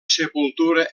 sepultura